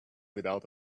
without